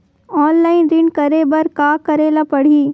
Online ऋण करे बर का करे ल पड़हि?